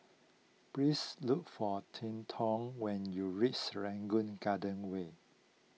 please look for when you reach Serangoon Garden Way